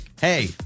hey